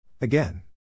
Again